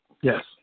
Yes